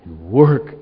Work